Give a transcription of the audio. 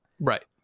Right